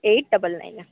eight double nine